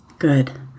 Good